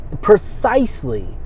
precisely